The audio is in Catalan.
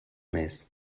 més